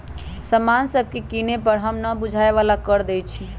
समान सभके किने पर हम न बूझाय बला कर देँई छियइ